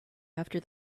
after